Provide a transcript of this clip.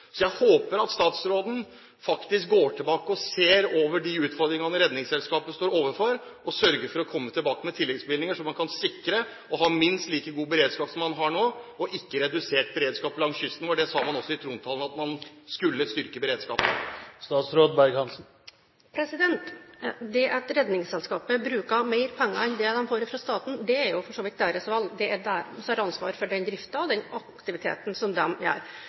Jeg håper statsråden faktisk går tilbake og ser på de utfordringene Redningsselskapet står overfor, og sørger for å komme tilbake med tilleggsbevilgninger så man kan sikre minst like god beredskap som man har – og ikke en redusert beredskap – langs kysten vår. Dette sa man også i trontalen, altså at man skulle styrke beredskapen. Det at Redningsselskapet bruker mer penger enn det de får fra staten, er jo for så vidt deres valg. Det er de som har ansvar for den driften og den aktiviteten som